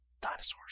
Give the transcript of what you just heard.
dinosaurs